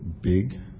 big